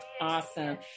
awesome